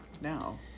now